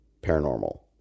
paranormal